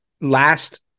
last